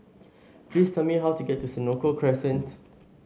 please tell me how to get to Senoko Crescent